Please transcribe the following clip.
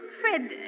Fred